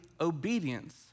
obedience